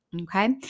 okay